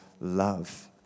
love